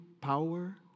power